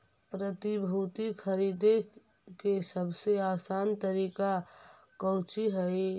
प्रतिभूति खरीदे के सबसे आसान तरीका कउची हइ